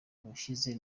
ubushize